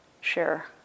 share